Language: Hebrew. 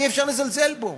אי-אפשר לזלזל בו.